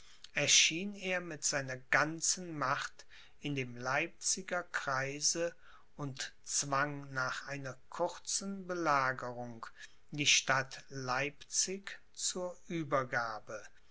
erschien er mit seiner ganzen macht in dem leipziger kreise und zwang nach einer kurzen belagerung die stadt leipzig zur uebergabe